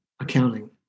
accounting